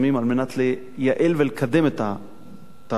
על מנת לייעל ולקדם את התהליך.